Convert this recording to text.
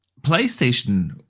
PlayStation